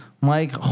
Mike